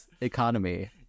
economy